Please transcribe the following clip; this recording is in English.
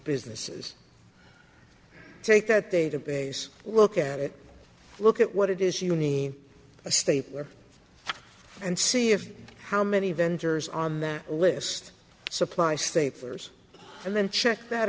businesses take that database look at it look at what it is you need a state where and see if how many vendors on that list supply state fairs and then check that